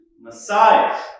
Messiah